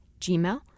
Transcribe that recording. Gmail